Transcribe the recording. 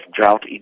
drought